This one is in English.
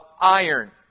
iron